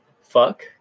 fuck